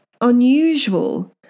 unusual